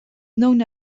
known